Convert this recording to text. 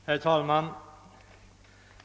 Herr talman!